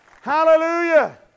Hallelujah